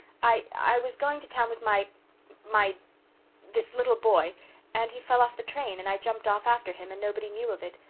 i i was going to town with my my this little boy and he fell off the train and i jumped off after him and nobody knew of it.